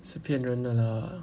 是骗人的啦